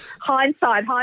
Hindsight